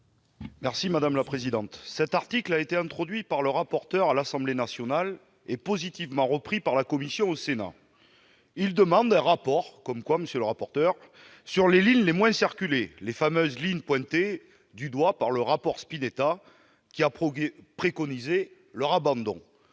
Gay, sur l'article. Cet article a été introduit par le rapporteur à l'Assemblée nationale et positivement repris par la commission au Sénat. Il tend à prévoir un rapport- cela arrive, monsieur le rapporteur !-sur les lignes les moins circulées, les fameuses lignes pointées du doigt par le rapport Spinetta, qui a préconisé leur abandon.